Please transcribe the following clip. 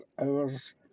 hours